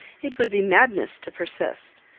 it would be madness to persist.